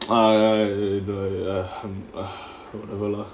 இது வேறயா:ithu verayaa whatever lah